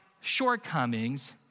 shortcomings